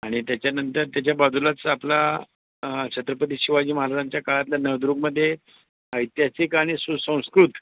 आणि त्याच्यानंतर त्याच्या बाजूलाच आपला छत्रपती शिवाजी महाराजांच्या काळातल्या नळदुर्गमध्ये ऐतिहासिक आणि सुसंस्कृत